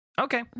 Okay